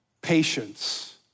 Patience